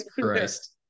Christ